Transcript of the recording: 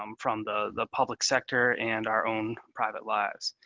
um from the the public sector and our own private lives.